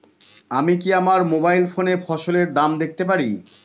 আমি কি আমার মোবাইল ফোনে ফসলের দাম দেখতে পারি?